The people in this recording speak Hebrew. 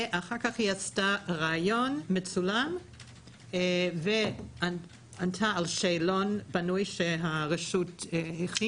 ואחר כך היא עשתה ראיון מצולם וענתה על שאלון בנוי שהרשות הכינה.